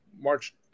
March